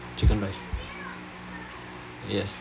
chicken rice yes